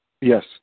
Yes